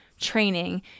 training